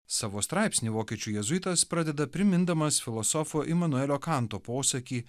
savo straipsnį vokiečių jėzuitas pradeda primindamas filosofo imanuelio kanto posakį